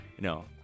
No